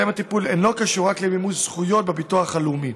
קשור רק למימוש הזכויות בביטוח הלאומי,